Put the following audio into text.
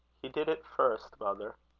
he did it first, mother,